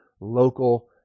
local